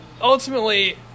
Ultimately